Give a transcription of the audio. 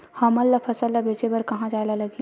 हमन ला फसल ला बेचे बर कहां जाये ला लगही?